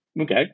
Okay